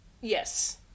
Yes